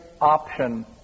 option